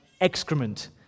excrement